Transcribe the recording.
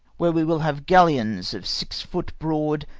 where we will have gallions of six foot broad,